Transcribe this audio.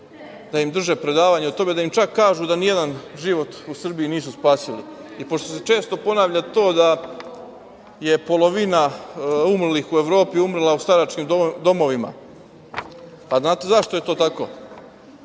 da im drži predavanje o tome, da im čak kažu da ni jedan život u Srbiji nisu spasili. Pošto se često ponavlja to da je polovina umrlih u Evropi umrla u staračkim domovima, a znate zašto je to tako?